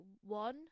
one